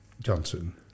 Johnson